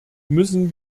müssen